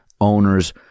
owners